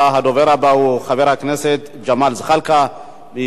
הדובר הבא הוא חבר הכנסת ג'מאל זחאלקה מבל"ד.